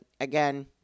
again